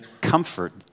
comfort